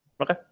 Okay